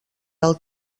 del